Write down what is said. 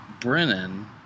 Brennan